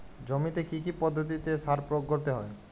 জমিতে কী কী পদ্ধতিতে সার প্রয়োগ করতে হয়?